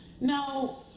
now